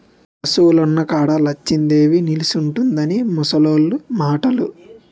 పశువులున్న కాడ లచ్చిందేవి నిలుసుంటుందని ముసలోళ్లు మాటలు